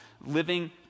living